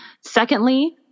Secondly